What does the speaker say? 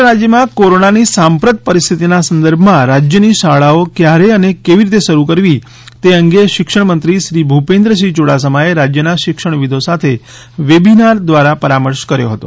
સમગ્ર રાજ્યમાં કોરોનાની સાંપ્રત પરિસ્થિતિના સંદર્ભમાં રાજ્યની શાળાઓ ક્યારે અને કેવી રીતે શરૂ કરવી તે અંગે શિક્ષણ મંત્રી શ્રી ભુપેન્દ્રસિંહ યુડાસમાએ રાજ્યના શિક્ષણવિદો સાથે વેબિનાર દ્વારા પરામર્શ કર્યો હતો